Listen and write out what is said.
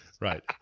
Right